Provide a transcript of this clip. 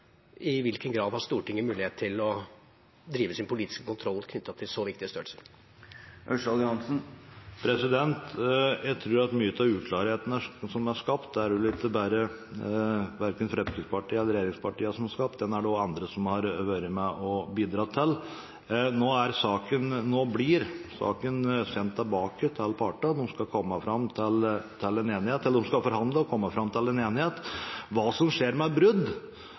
I hvilken grad har Stortinget mulighet til å drive sin politiske kontroll knyttet til så viktige størrelser? Jeg tror at mye av uklarheten som er skapt, ikke bare er skapt av Fremskrittspartiet og regjeringspartiene. Andre har også vært med og bidratt til den. Nå blir saken sendt tilbake til partene. De skal forhandle og komme fram til en enighet.